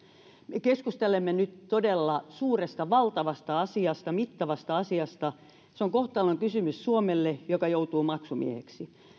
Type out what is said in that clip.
me keskustelemme nyt todella suuresta valtavasta asiasta mittavasta asiasta se on kohtalon kysymys suomelle joka joutuu maksumieheksi